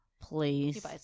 Please